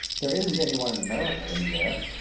there isn't any one in america, is there?